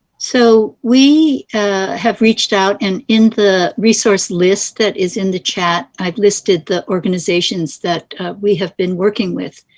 so we ah have reached out, and in the resource list that is in the chat, have listed the organizations that we have been working with.